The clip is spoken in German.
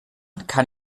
kann